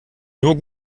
nur